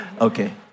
Okay